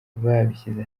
babishyize